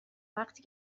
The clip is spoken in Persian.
وقتی